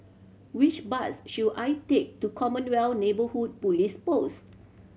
which bus should I take to Commonwealth Neighbourhood Police Post